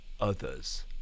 others